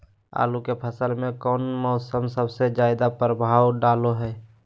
आलू के फसल में कौन मौसम सबसे ज्यादा प्रभाव डालो हय?